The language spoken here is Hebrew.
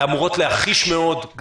אמורות להחיש מאוד,